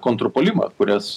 kontrpuolimą kurias